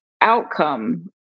outcome